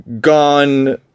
gone